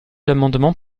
l’amendement